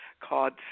called